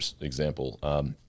example